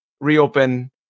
reopen